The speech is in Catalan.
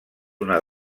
una